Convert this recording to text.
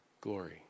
glory